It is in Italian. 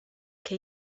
che